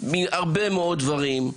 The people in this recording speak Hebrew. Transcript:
מהרבה מאוד דברים.